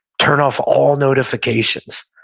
turn off all notifications.